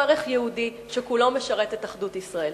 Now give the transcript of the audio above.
ערך יהודי שכולו משרת את אחדות ישראל.